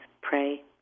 pray